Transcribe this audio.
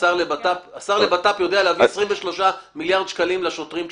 והשר לביטחון פנים יודע להביא 23 מיליארד שקלים לשוטרים כשצריך,